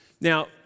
Now